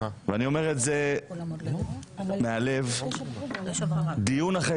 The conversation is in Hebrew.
ואני אומר את זה מהלב דיון אחרי